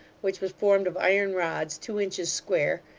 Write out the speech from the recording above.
which was formed of iron rods two inches square,